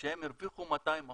כשהם הרוויחו 200%,